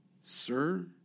sir